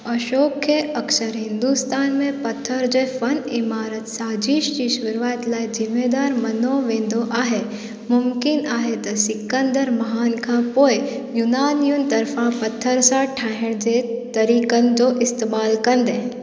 अशोक खे अक्सर हिन्दुस्तान में पथर जे फन इमारत साजीश जी शुरूआत लाए ज़िमेदारु मञो वेंदो आहे मुमकिन आहे त सिकन्दर महान खां पोए युनानियुनि तर्फ़ां पथर सां ठाहिण जे तरीक़नि जो इस्तेमालु कंदे